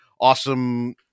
awesome